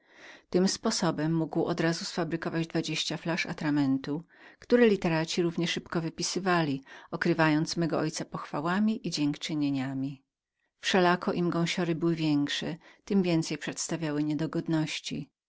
tym sposobem mógł od razu sfabrykować dwadzieścia flasz atramentu które literaci równie szybko wypisali okrywając mego ojca pochwałami i dziękczynieniami wszelako im flasze były większe tem więcej przedstawiały niedogodności